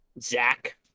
Zach